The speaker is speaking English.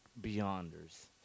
Beyonders